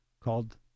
called